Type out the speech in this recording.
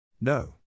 No